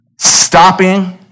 Stopping